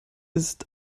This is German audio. ist